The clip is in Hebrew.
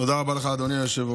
תודה רבה לך, אדוני היושב-ראש.